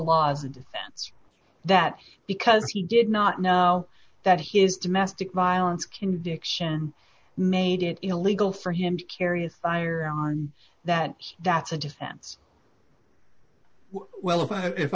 answer that because he did not know that his domestic violence conviction made it illegal for him to carry a firearm that that's a defense well if i